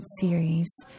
series